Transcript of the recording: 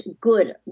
good